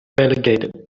relegated